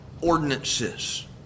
ordinances